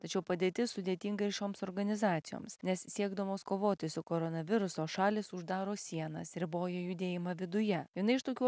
tačiau padėtis sudėtinga ir šioms organizacijoms nes siekdamos kovoti su koronaviruso šalys uždaro sienas riboja judėjimą viduje viena iš tokių